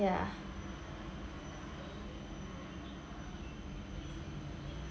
ya